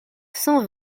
cent